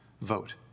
vote